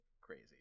crazy